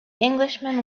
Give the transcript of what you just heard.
englishman